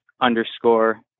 underscore